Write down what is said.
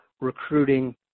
recruiting